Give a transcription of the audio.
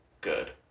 good